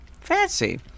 fancy